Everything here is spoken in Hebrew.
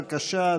בבקשה,